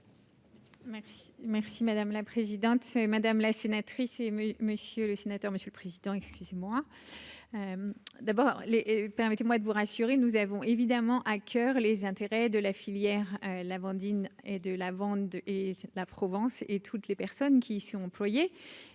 merci, madame la présidente, madame la sénatrice émue, monsieur le sénateur Monsieur le Président, excusez-moi d'abord les permettez-moi de vous rassurer : nous avons évidemment à coeur les intérêts de la filière l'Amandine et de la vente et la Provence et toutes les pertes. Qui sont employées